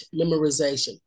memorization